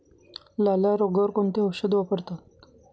लाल्या रोगावर कोणते औषध वापरतात?